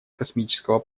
космического